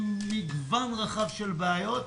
עם מגוון רחב של ראיות,